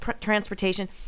transportation